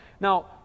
Now